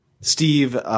Steve